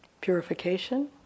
Purification